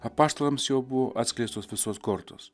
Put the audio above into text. apaštalams jau buvo atskleistos visos kortos